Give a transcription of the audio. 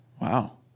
Wow